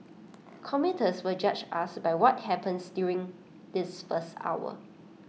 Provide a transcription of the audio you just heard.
commuters will judge us by what happens during this first hour